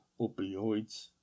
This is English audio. opioids